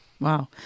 Wow